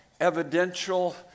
evidential